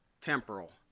temporal